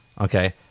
okay